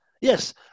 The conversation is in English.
yes